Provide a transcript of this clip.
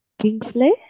Kingsley